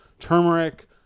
turmeric